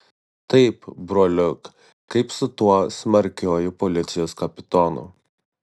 taip broliuk kaip su tuo smarkiuoju policijos kapitonu